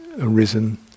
arisen